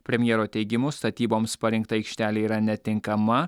premjero teigimu statyboms parinkta aikštelė yra netinkama